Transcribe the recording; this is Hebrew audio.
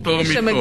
פטור מתור.